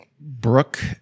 Brooke